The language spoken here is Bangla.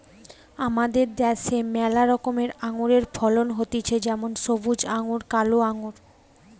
আমাদের দ্যাশে ম্যালা রকমের আঙুরের ফলন হতিছে যেমন সবুজ আঙ্গুর, কালো আঙ্গুর